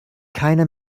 keiner